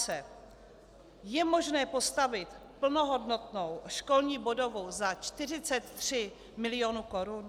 Ptám se: Je možné postavit plnohodnotnou školní budovu za 43 mil. korun?